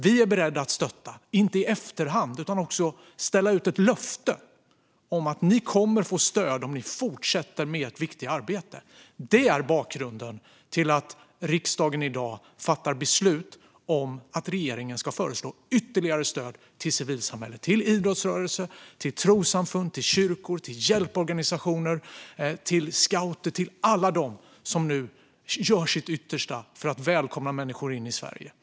Vi är beredda att stötta, inte i efterhand utan också genom att ställa ut ett löfte om att ni kommer att få stöd om ni fortsätter med ert viktiga arbete. Detta är bakgrunden till att riksdagen i dag fattar beslut om att regeringen ska föreslå ytterligare stöd till civilsamhället - till idrottsrörelse, trossamfund, kyrkor, hjälporganisationer, scouter och alla dem som nu gör sitt yttersta för att välkomna människor in i Sverige.